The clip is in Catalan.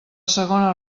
segona